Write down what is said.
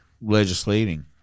legislating